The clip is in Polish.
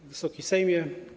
Wysoki Sejmie!